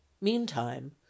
meantime